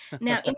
Now